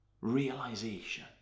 realization